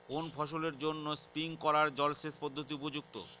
কোন ফসলের জন্য স্প্রিংকলার জলসেচ পদ্ধতি উপযুক্ত?